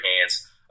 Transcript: hands